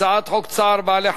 החינוך.